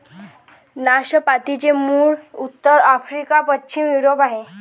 नाशपातीचे मूळ उत्तर आफ्रिका, पश्चिम युरोप आहे